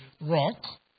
rock